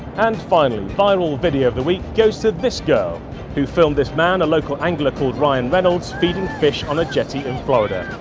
and finally, viral video of the week goes to this girl who filmed this man, a local angler called ryan reynolds, feeding fish on a jetty in florida.